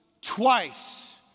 twice